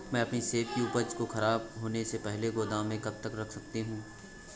मैं अपनी सेब की उपज को ख़राब होने से पहले गोदाम में कब तक रख सकती हूँ?